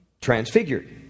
transfigured